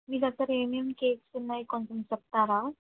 మీ దగ్గర ఏమేమ్ కేక్స్ ఉన్నాయి కొంచెం చెప్తారా